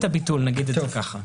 הביטול, נגיד את זה ככה.